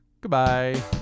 goodbye